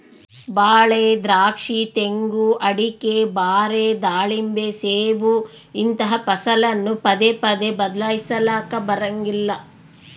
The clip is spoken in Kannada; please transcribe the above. ಬಾಳೆ, ದ್ರಾಕ್ಷಿ, ತೆಂಗು, ಅಡಿಕೆ, ಬಾರೆ, ದಾಳಿಂಬೆ, ಸೇಬು ಇಂತಹ ಫಸಲನ್ನು ಪದೇ ಪದೇ ಬದ್ಲಾಯಿಸಲಾಕ ಬರಂಗಿಲ್ಲ